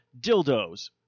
dildos